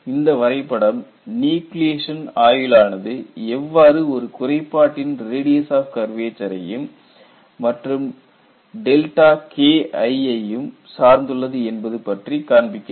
இந்த வரைபடம் நியூக்ளியேஷன் ஆயுள் ஆனது எவ்வாறு ஒரு குறைபாட்டின் ரேடியஸ் ஆப் கர்வேச்சரையும் மற்றும் ∆Ki யையும் சார்ந்துள்ளது என்பது பற்றி காண்பிக்கிறது